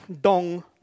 dong